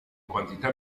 quantità